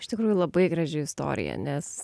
iš tikrųjų labai graži istorija nes